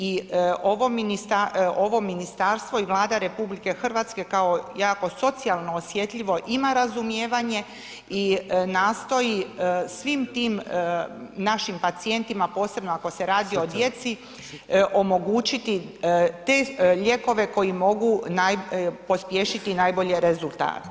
I ovo ministarstvo i Vlada RH kao jako socijalno osjetljivo ima razumijevanje i nastoji svim tim našim pacijentima, posebno ako se radi o djeci omogućiti te lijekove koji mogu pospješiti najbolje rezultate.